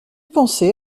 pensé